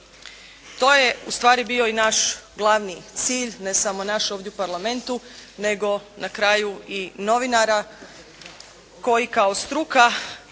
To je ustvari bio i naš glavni cilj, ne samo naš ovdje u parlamentu nego na kraju i novinara koji kao struka